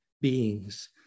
beings